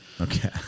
Okay